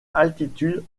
altitude